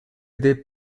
dip